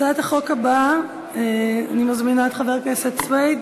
הצעת החוק הבאה, אני מזמינה את חבר הכנסת סוייד,